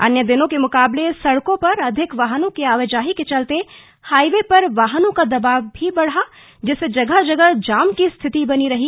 अन्य दिनों के मुकाबले सड़कों पर अधिक वाहनों की आवाजाही के चलते हाईवे पर वाहनों का दबाव भी बढ़ा जिससे जगह जगह जाम की स्थिति बनी रही